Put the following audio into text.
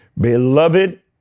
Beloved